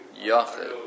yachid